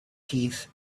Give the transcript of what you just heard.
teeth